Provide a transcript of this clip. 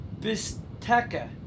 bisteca